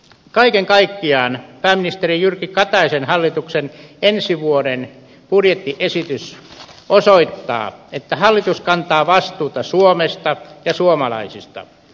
kaiken kaikkiaan pääministeri jyrki kataisen hallituksen ensi vuoden budjettiesitys osoittaa että hallitus kantaa vastuuta suomesta ja suomalaisista